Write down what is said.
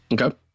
Okay